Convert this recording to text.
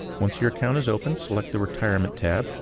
once your account is open, select the retirement tab,